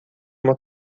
uma